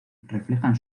reflejan